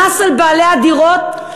המס על בעלי הדירות,